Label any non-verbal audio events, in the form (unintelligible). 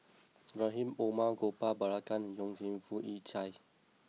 Rahim Omar Gopal Baratham and Yong (unintelligible) Yik Chye